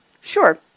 Sure